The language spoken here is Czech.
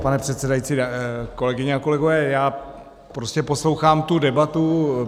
Pane předsedající, kolegyně, kolegové, poslouchám tu debatu.